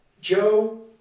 Joe